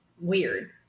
weird